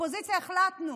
באופוזיציה החלטנו